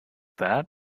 that